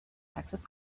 access